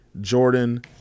Jordan